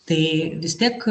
tai vis tiek